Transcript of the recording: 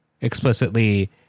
explicitly